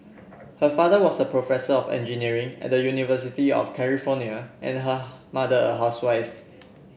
her father was a professor of engineering at the University of California and her mother a housewife